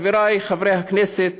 חבריי חברי הכנסת,